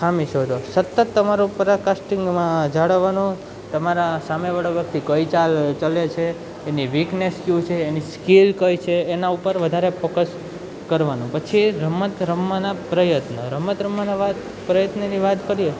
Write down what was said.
ખામી શોધો સતત તમારો પ્રકાસટીંગમાં જાળવાનો તમારા સામેવાળા વ્યક્તિ કઈ ચાલ ચલે છે એની વિકનેસ શું છે એની સ્કિલ કઈ છે એના ઉપર વધારે ફોકસ કરવાનું પછી રમત રમવાના પ્રયત્ન રમત રમવાના વાત પ્રયત્નની વાત કરીએ